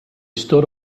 stood